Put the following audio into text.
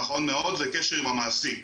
נכון מאוד, וקשר עם המעסיק.